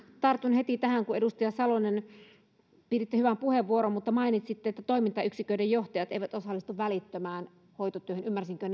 tartun heti tähän edustaja salonen kun piditte hyvän puheenvuoron mutta mainitsitte että toimintayksiköiden johtajat eivät osallistu välittömään työhön ymmärsinkö